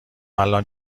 الان